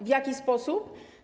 W jaki sposób?